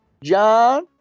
John